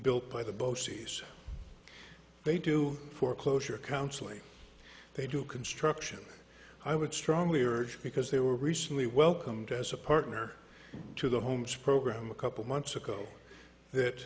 built by the bo sees they do foreclosure counseling they do construction i would strongly urge because they were recently welcomed as a partner to the homes program a couple months